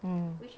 mm